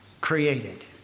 Created